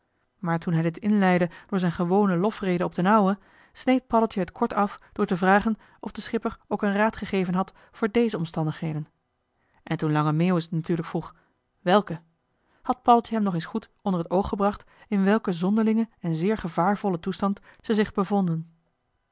maar toen hij dit inleidde door zijn gewone lofrede op d'n ouwe sneed paddeltje het kort af door te vragen of de schipper ook een raad gegeven had voor déze omstandigheden en toen lange meeuwis natuurlijk vroeg welke had paddeltje hem nog eens goed onder het oog gebracht in welken zonderlingen en zeer gevaarvollen toestand zij zich bevonden